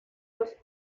los